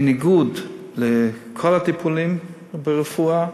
בניגוד לכל הטיפולים ברפואה,